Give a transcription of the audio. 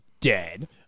dead